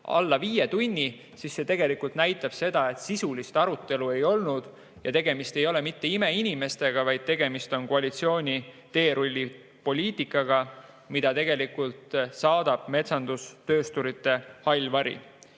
otsusteni, siis see tegelikult näitab seda, et sisulist arutelu ei olnud. Tegemist ei ole mitte imeinimestega, vaid tegemist on koalitsiooni teerullipoliitikaga, mida saadab metsandustöösturite hall vari.